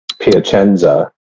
Piacenza